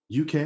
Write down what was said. UK